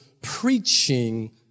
preaching